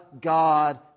God